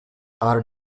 are